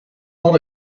not